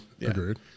Agreed